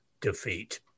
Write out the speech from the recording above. defeat